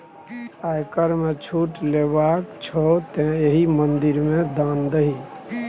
आयकर मे छूट लेबाक छौ तँ एहि मंदिर मे दान दही